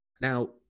Now